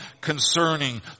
concerning